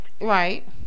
right